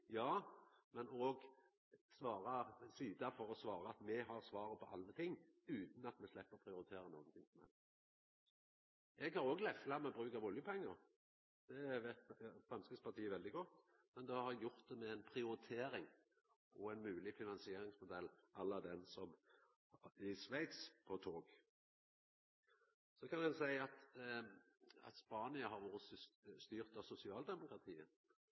ja, men òg syta for å svara at me har svaret på alle ting, utan at me må prioritera noko som helst. Eg har òg lefla med bruk av oljepengar, det veit Framstegspartiet veldig godt, men då har eg gjort det med ei prioritering og ein mogleg finansieringsmodell à la den som i Sveits på tog. Så kan ein seia at Spania har vore styrt av